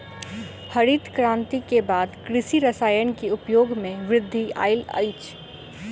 हरित क्रांति के बाद कृषि रसायन के उपयोग मे वृद्धि आयल अछि